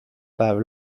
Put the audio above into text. päev